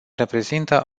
reprezintă